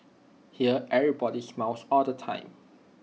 here everybody smiles all the time